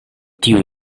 tiuj